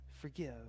forgive